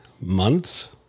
months